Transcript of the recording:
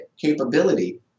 capability